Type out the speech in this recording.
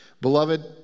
Beloved